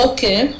Okay